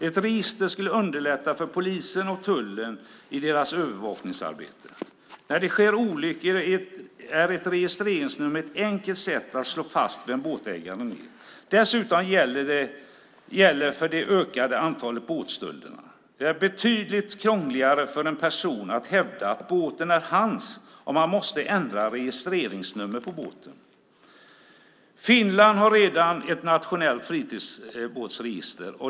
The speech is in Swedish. Ett register skulle underlätta för polisen och tullen i deras övervakningsarbete. När det sker olyckor är ett registreringsnummer ett enkelt sätt att slå fast vem båtägaren är. Dessutom gäller för det ökade antalet båtstölder att det är betydligt krångligare för en person att hävda att båten är hans om han måste ändra registreringsnummer på båten. Finland har redan ett nationellt fritidsbåtsregister.